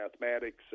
mathematics